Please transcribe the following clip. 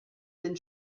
den